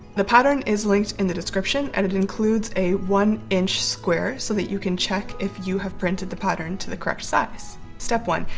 the pattern is linked in the description and it includes a one inch square so that you can check if you have printed the pattern to the correct size. step one.